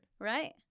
Right